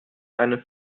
eine